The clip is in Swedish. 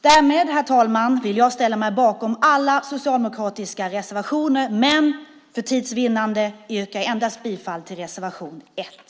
Därmed, herr talman, vill jag ställa mig bakom alla socialdemokratiska reservationer, men för tids vinnande yrkar jag bifall till endast reservation 1.